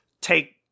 take